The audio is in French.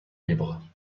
libres